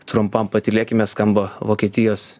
trumpam patylėkime skamba vokietijos